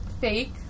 fake